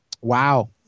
Wow